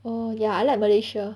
oh ya I like malaysia